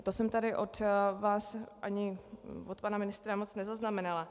To jsem tady od vás ani od pana ministra moc nezaznamenala.